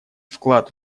вклад